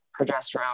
progesterone